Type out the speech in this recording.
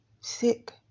sick